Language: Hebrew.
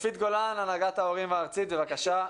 צופית גולן, הנהגת ההורים הארצית, בבקשה.